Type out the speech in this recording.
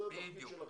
זו התפקיד שלכם.